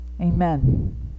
amen